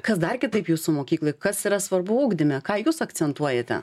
kas dar kitaip jūsų mokykloj kas yra svarbu ugdyme ką jūs akcentuojate